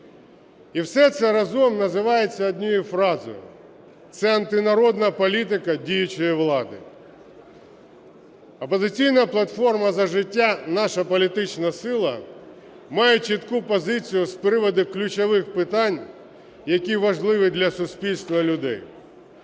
І все це разом називається однією фразою – це антинародна політика діючої влади. "Опозиційна платформа – За життя", наша політична сила, має чітку позицію з приводу ключових питань, які важливі для суспільства, людей.